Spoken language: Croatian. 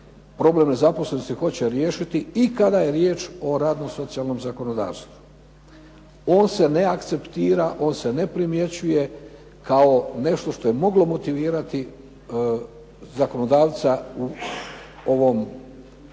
problem nezaposlenosti hoće riješiti i kada je riječ o radno-socijalnom zakonodavstvu. On se ne akceptira, on se ne primjećuje kao nešto što je moglo motivirati zakonodavca u ovom